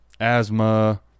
Asthma